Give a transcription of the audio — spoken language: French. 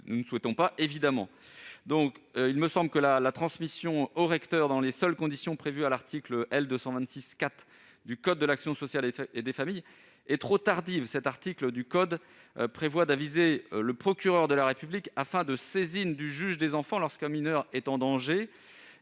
nous souhaitons. Il me semble que la transmission de l'information au recteur dans les seules conditions prévues à l'article L. 226-4 du code de l'action sociale et des familles est trop tardive. Cet article prévoit d'aviser le procureur de la République aux fins de saisine du juge des enfants lorsqu'un mineur est en danger